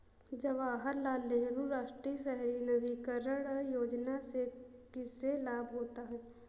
जवाहर लाल नेहरू राष्ट्रीय शहरी नवीकरण योजना से किसे लाभ होता है?